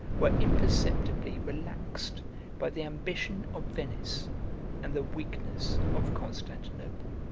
were imperceptibly relaxed by the ambition of venice and the weakness of constantinople.